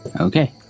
Okay